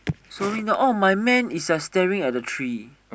so I mean my man is staring at the tree